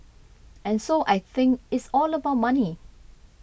and so I think it's all about money